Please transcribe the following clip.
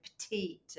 petite